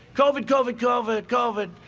covid, covid, covid, covid.